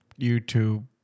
YouTube